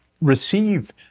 receive